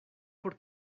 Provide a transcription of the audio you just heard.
por